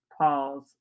pause